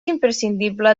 imprescindible